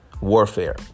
warfare